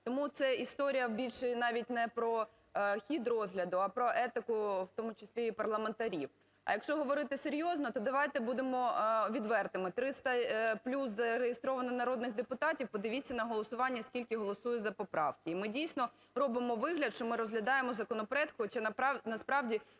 Тому це історія більше навіть не про хід розгляду, а про етику в тому числі і парламентарів. А якщо говорити серйозно, то давайте будемо відвертими. 300 плюс зареєстровано народних депутатів, подивіться на голосування, скільки голосує за поправки. І ми, дійсно, робимо вигляд, що ми розглядаємо законопроект. Хоча насправді…